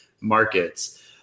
markets